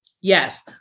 Yes